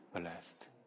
blessed